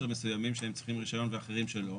מסוימים שהם צריכים רישיון ואחרים שלא,